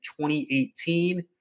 2018